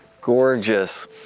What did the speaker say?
Gorgeous